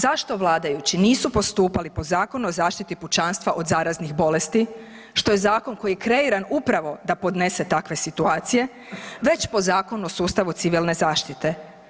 Zašto vladajući nisu postupali po Zakonu o zaštiti pučanstva od zaraznih bolesti što je zakon koji je kreiran upravo da podnese takve situacije već po Zakonu o sustavu civilne zaštite?